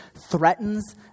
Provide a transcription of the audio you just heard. threatens